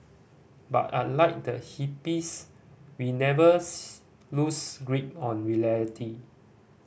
but unlike the hippies we never lose grip on